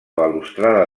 balustrada